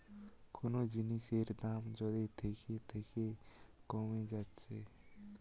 কুনো জিনিসের দাম যদি থিকে থিকে কোমে যাচ্ছে